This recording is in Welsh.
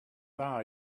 dda